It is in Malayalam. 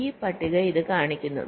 ഈ പട്ടിക ഇത് കാണിക്കുന്നു